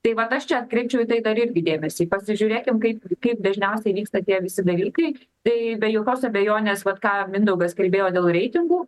tai vat aš čia atkreipčiau į tai dar irgi dėmesį pasižiūrėkim kaip kaip dažniausiai vyksta tie visi dalykai tai be jokios abejonės vat ką mindaugas kalbėjo dėl reitingų